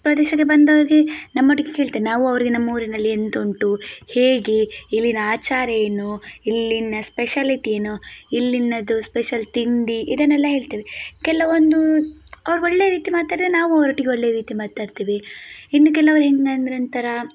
ಪ್ರದೇಶಕ್ಕೆ ಬಂದಾಗೆ ನಮ್ಮ ಒಟ್ಟಿಗೆ ಕೇಳ್ತೇನೆ ನಾವು ಅವರಿಗೆ ನಮ್ಮ ಊರಿನಲ್ಲಿ ಎಂತ ಉಂಟು ಹೇಗೆ ಇಲ್ಲಿನ ಆಚಾರ ಏನು ಇಲ್ಲಿನ ಸ್ಪೆಷಾಲಿಟಿ ಏನು ಇಲ್ಲಿನದು ಸ್ಪೆಷಲ್ ತಿಂಡಿ ಇದನ್ನೆಲ್ಲ ಹೇಳ್ತೇವೆ ಕೆಲವೊಂದು ಅವ್ರು ಒಳ್ಳೆಯ ರೀತಿ ಮಾತಾಡಿದರೆ ನಾವು ಅವ್ರ ಒಟ್ಟಿಗೆ ಒಳ್ಳೆಯ ರೀತಿ ಮಾತಾಡ್ತೀವಿ ಇನ್ನು ಕೆಲವರು ಹೆಂಗಂದರೆ ಒಂಥರ